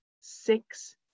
six